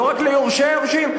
לא רק ליורשי היורשים,